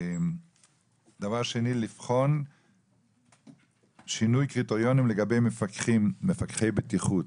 דבר שני: לבחון שינוי קריטריונים לגבי מפקחי בטיחות.